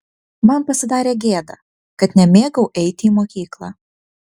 man pasidarė gėda kad nemėgau eiti į mokyklą